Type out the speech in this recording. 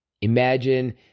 Imagine